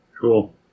Cool